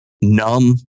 numb